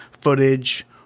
footage